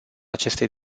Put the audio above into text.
acestei